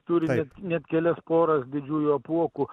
turi net net kelias poras didžiųjų apuokų